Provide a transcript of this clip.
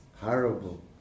Horrible